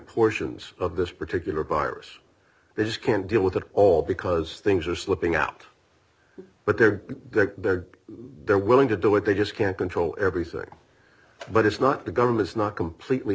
portions of this particular virus they just can't deal with it all because things are slipping out but they're good they're they're willing to do it they just can't control everything but it's not the government's not completely